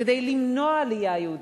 כדי למנוע עלייה יהודית,